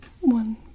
one